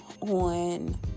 on